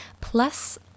Plus